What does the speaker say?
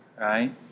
Right